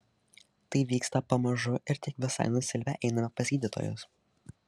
tai vyksta pamažu ir tik visai nusilpę einame pas gydytojus